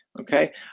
Okay